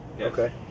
okay